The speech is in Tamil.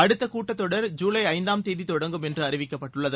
அடுத்த கூட்டத் தொடர் ஜூலை ஐந்தாம் தேதி தொடங்கும் என்று அறிவிக்கப்பட்டுள்ளது